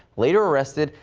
later arrested,